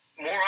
More